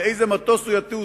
באיזה מטוס הוא יטוס,